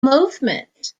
movement